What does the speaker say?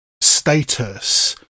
status